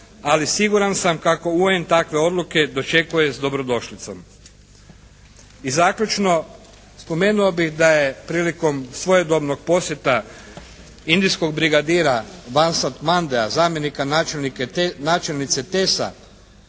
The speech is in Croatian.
ali siguran sam kako UN takve odluke dočekuje s dobrodošlicom. I zaključno, spomenuo bih da je prilikom svojedobnog posjeta indijskog brigadira …/Govornik se ne razumije./… zamjenika načelnice TESA